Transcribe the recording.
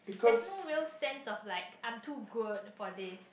there's no real sense of like I'm too good about this